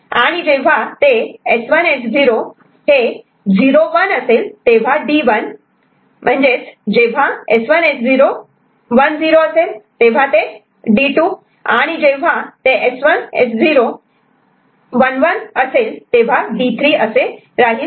आणि जेव्हा ते S1 S0 01 असे ल तेव्हा D1 जेव्हा ते S1 S0 10 असे ल तेव्हा D2 आणि जेव्हा ते S1 S0 11 असे ल तेव्हा D3 असे राहील